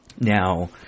Now